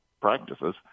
practices